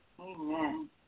Amen